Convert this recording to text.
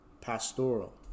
pastoral